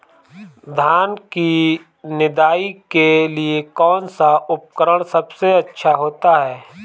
धान की निदाई के लिए कौन सा उपकरण सबसे अच्छा होता है?